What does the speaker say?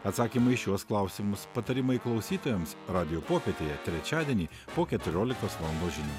atsakymai į šiuos klausimus patarimai klausytojams radijo popietėje trečiadienį po keturioliktos valandos žinių